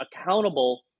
accountable